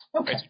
Okay